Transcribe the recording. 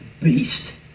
beast